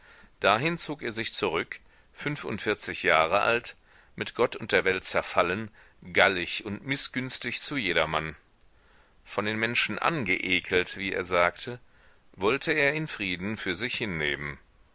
dahin zog er sich zurück fünfundvierzig jahre alt mit gott und der welt zerfallen gallig und mißgünstig zu jedermann von den menschen angeekelt wie er sagte wollte er in frieden für sich hinleben